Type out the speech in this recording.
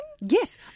Yes